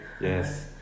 Yes